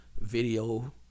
video